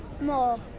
More